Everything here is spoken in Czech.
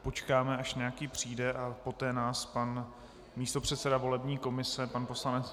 Počkáme, až nějaký přijde, a poté nás pan místopředseda volební komise, pan poslanec...